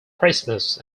christmas